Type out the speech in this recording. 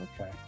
Okay